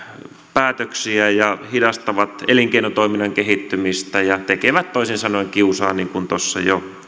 päätöksiä ja hidastavat elinkeinotoiminnan kehittymistä ja tekevät toisin sanoen kiusaa niin kuin tuossa